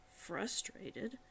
Frustrated